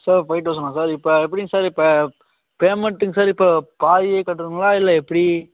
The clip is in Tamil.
சார் ஃபைவ் தௌசணா சார் சார் இப்போ எப்படிங்க சார் இப்போ பேமெண்ட்டுங்க சார் இப்போ பாதி கட்டணுங்களா இல்லை எப்படி